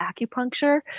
acupuncture